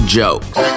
jokes